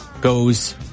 goes